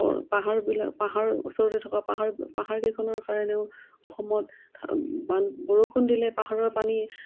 পাহাৰবিলাক পাহাৰ ওচৰতে থকা পাহাৰ পাহাৰকেইখনৰ কাৰণেও অসমত বান বৰষুণ দিলে পাহাৰৰ পানী